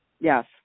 Yes